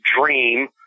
dream